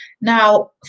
Now